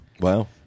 Wow